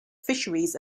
fisheries